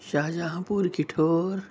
شاہجہاں پور کٹھور